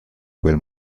quel